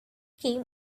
came